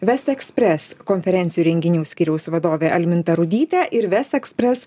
vest ekspres konferencijų ir renginių skyriaus vadovė alminta rudytė ir vestekspress